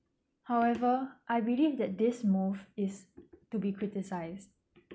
however I believe that this move is to be criticised